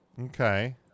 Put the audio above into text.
okay